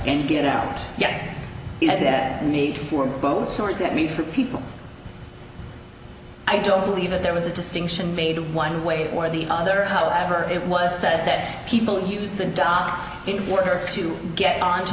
and get out yes is there a need for both stories at me for people i don't believe that there was a distinction made one way or the other however it was said that people use the dock in order to get onto